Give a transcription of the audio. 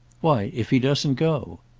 why if he doesn't go.